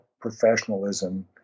professionalism